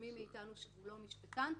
למי מאיתנו שאינו משפטן,